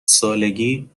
سالگی